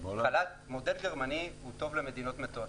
מודל גרמני טוב למדינות מתועשות.